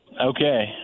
Okay